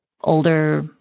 older